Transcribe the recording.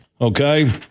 okay